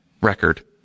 record